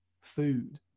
food